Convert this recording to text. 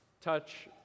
touch